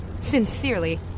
Sincerely